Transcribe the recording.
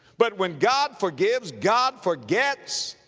but when god forgives, god forgets.